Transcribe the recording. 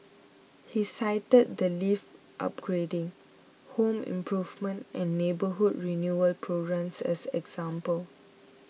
he cited the lift upgrading home improvement and neighbourhood renewal programmes as examples